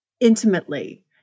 intimately